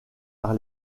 par